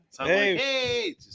hey